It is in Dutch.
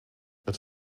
het